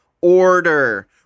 order